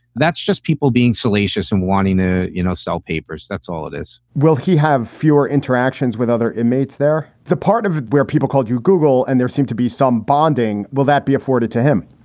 that's just people being salacious and wanting to, you know, sell papers. that's all of this will he have fewer interactions with other inmates? they're the part of where people called you google and there seem to be some bonding. will that be afforded to him,